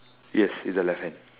yes see the left hand